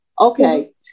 Okay